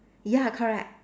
ya correct